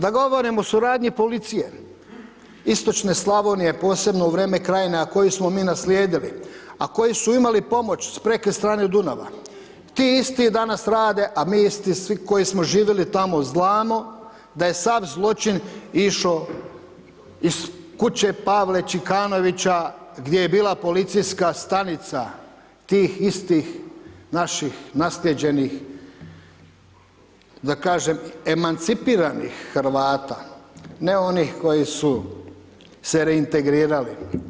Da govorim o suradnji policije, istočne Slavonije, posebno u vrijeme Krajnje, a koju smo mi naslijedili, a koji su imali pomoć s … strane Dunava, ti isti danas rade, a mi isti koji smo živjeli tamo znamo, da je sav zločin išo iz kuće Pavle Čikanovića, gdje je bila policijska stanica tih istih naših naslijeđenih, da kažem, emancipiranih Hrvata, ne onih koji su se reintegrirali.